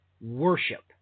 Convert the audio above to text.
worship